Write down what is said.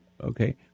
Okay